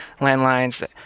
landlines